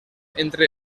entre